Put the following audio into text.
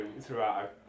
throughout